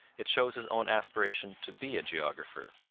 it shows his own aspiration to be a geographer.